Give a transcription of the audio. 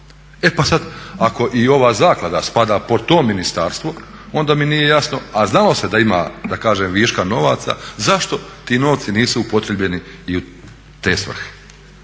E pa sad, ako i ova zaklada spada pod to ministarstvo onda mi nije jasno, a znalo se da ima da kažem viška novaca zašto ti novci upotrjebljeni i u te svrhe.